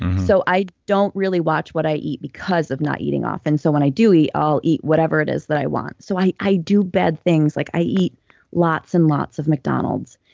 so i don't really watch what i eat because of not eating often. so when i do eat, i'll eat whatever it is that i want. so i i do bad things. like i eat lots and lots of mcdonald's,